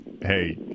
hey